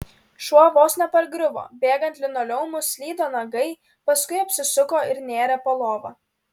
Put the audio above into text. šuo vos nepargriuvo bėgant linoleumu slydo nagai paskui apsisuko ir nėrė po lova